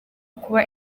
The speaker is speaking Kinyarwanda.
kuba